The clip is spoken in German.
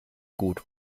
gut